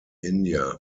india